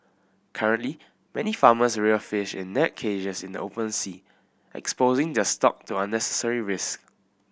currently many farmers rear fish in net cages in the open sea exposing their stock to unnecessary risk